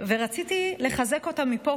רציתי לחזק אותם מפה,